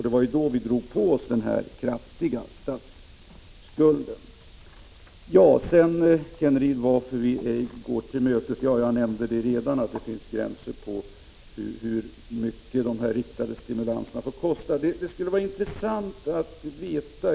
Det var då vi drog på oss den kraftiga statsskulden. Sedan klagade Rolf Kenneryd över att vi inte går oppositionen till mötes i deras önskemål om sparstimulerande åtgärder. Jag har redan sagt att det finns gränser för hur mycket de riktade stimulanserna får kosta.